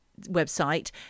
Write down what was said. website